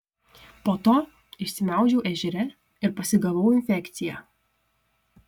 po to išsimaudžiau ežere ir pasigavau infekciją